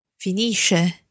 Finisce